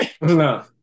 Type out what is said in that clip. No